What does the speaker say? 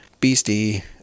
beastie